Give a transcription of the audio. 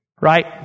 Right